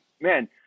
man